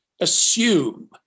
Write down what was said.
assume